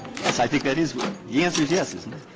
yes, i think that is what the answer is yes, isn't it?